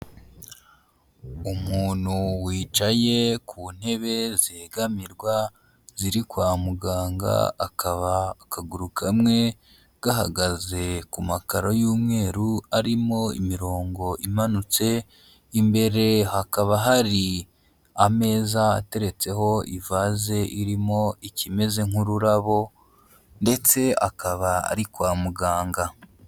Umuntu wicaye ku ntebe zegamirwa ziri kwa muganga, akaba akaguru kamwe gahagaze ku makaro y'umweru arimo imirongo imanutse, imbere hakaba hari ameza ateretseho ivaze irimo ikimeze nk'ururabo, ndetse akaba ari kwa muganga.